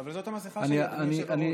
אבל זאת המסכה שלי, אדוני היושב-ראש.